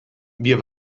wir